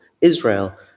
Israel